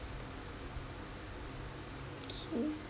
okay